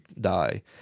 die